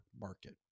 market